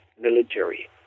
military